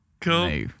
Cool